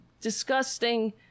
disgusting